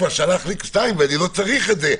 הוא כבר שלח לי שתיים ואני לא צריך את זה,